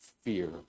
fear